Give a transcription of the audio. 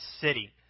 city